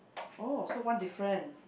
oh so one different